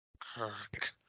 Kirk